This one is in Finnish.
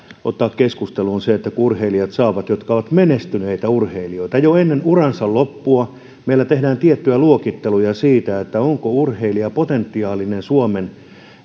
ottaa keskusteluun tämä kun ne urheilijat jotka ovat menestyneitä urheilijoita saavat apurahoja jo ennen uransa loppua meillä tehdään urheilijasta tiettyjä luokitteluja siitä onko tämä potentiaalinen suomen